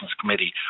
committee